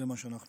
זה מה שאנחנו